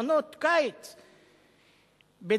מחנות קיץ בנצרת.